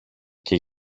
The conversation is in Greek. και